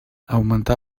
augmentar